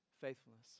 faithfulness